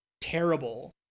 terrible